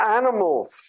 animals